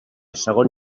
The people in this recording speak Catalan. segon